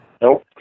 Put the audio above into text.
Nope